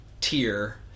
tier